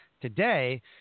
Today